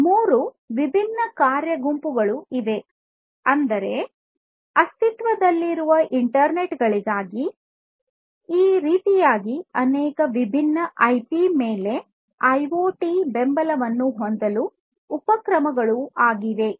3 ವಿಭಿನ್ನ ಕಾರ್ಯ ಗುಂಪುಗಳು ಅಸ್ತಿತ್ವದಲ್ಲಿರುವ ಇಂಟರ್ನೆಟ್ ಗಳಿಗಾಗಿ ಅನೇಕ ವಿಭಿನ್ನ ಐಒಟಿಯ ಬೆಂಬಲವನ್ನು ಹೊಂದಲು ಉಪಕ್ರಮಗಳು ಆಗಿವೆ